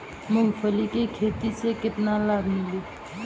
मूँगफली के खेती से केतना लाभ मिली?